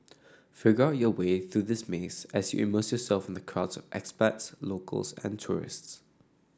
figure out your way through this maze as you immerse yourself in the crowds of expats locals and tourists